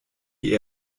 die